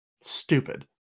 Stupid